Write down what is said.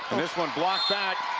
this one blocked back.